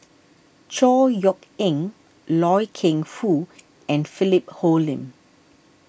Chor Yeok Eng Loy Keng Foo and Philip Hoalim